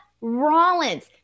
Rollins